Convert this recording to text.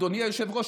אדוני היושב-ראש,